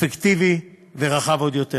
אפקטיבי ורחב עוד יותר